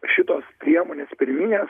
šitos priemonės pirminės